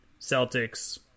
Celtics